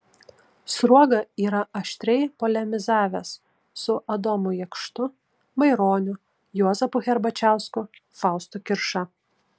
sruoga yra aštriai polemizavęs su adomu jakštu maironiu juozapu herbačiausku faustu kirša